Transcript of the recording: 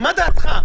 מה דעתך?